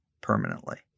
permanently